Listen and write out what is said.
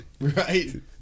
Right